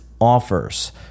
offers